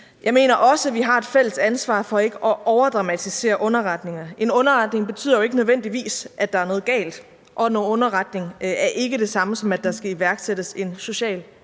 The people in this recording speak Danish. Jeg mener også, vi har et fælles ansvar for ikke at overdramatisere underretninger. En underretning betyder jo ikke nødvendigvis, at der er noget galt, og en underretning er ikke det samme som, at der skal iværksættes en social